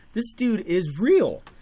this dude is real.